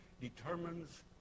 determines